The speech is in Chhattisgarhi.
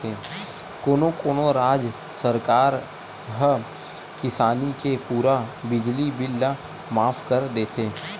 कोनो कोनो राज सरकार ह किसानी के पूरा बिजली बिल ल माफ कर देथे